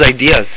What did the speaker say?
ideas